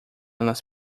nas